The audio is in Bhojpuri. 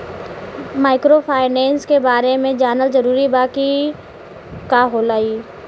माइक्रोफाइनेस के बारे में जानल जरूरी बा की का होला ई?